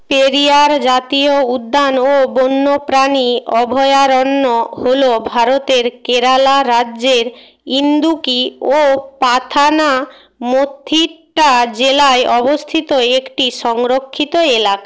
পেরিয়ার জাতীয় উদ্যান ও বন্যপ্রাণী অভয়ারণ্য হল ভারতের কেরালা রাজ্যের ইন্দুক্কি ও পাথানামথিট্টা জেলায় অবস্থিত একটি সংরক্ষিত এলাকা